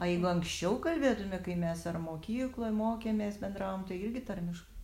a jeigu anksčiau kalbėtume kai mes ar mokykloj mokėmės bendravom tai irgi tarmiškai